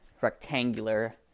rectangular